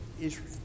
Israel